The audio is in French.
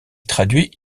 traduit